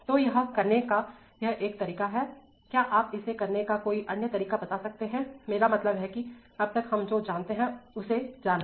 तो यह करने का यह एक तरीका है क्या आप इसे करने का कोई अन्य तरीका बता सकते हैं मेरा मतलब है कि अब तक हम जो जानते हैं उसे जानना